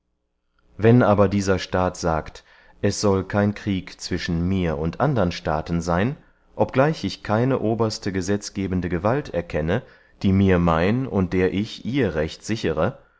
wenn aber dieser staat sagt es soll kein krieg zwischen mir und andern staaten seyn obgleich ich keine oberste gesetzgebende gewalt erkenne die mir mein und der ich ihr recht sichere